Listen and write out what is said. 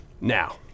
Now